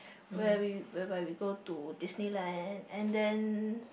where we whereby we go to Disneyland and then